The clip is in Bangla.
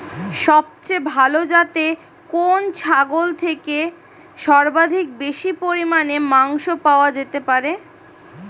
সবচেয়ে ভালো যাতে কোন ছাগল থেকে সর্বাধিক বেশি পরিমাণে মাংস পাওয়া যেতে পারে?